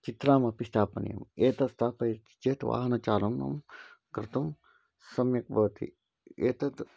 चित्रमपि स्थापनीयम् एतत् स्थापयति चेत् वाहनचारणं कर्तुं सम्यक् भवति एतत्